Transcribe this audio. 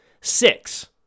six